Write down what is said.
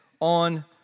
on